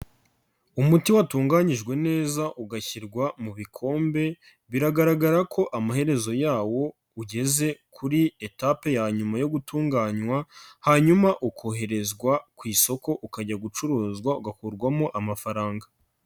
Umuti watunganyijwe neza ugashyirwa mu bikombe, biragaragara ko amaherezo yawo ugeze kuri etape ya nyuma yo gutunganywa, hanyuma ukoherezwa ku isoko ukajya gucuruzwa ugakurwamo amafaranga.